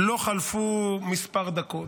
לא חלפו כמה דקות,